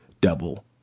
double